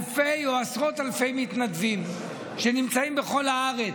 אלפי או עשרות אלפי מתנדבים שנמצאים בכל הארץ,